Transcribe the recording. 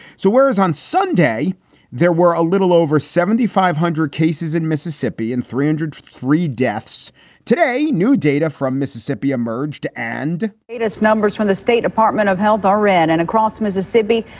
so whereas on sunday there were a little over seventy, five hundred cases in mississippi and three hundred and three deaths today, new data from mississippi emerged and latest numbers from the state department of health are in and across mississippi.